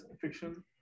fiction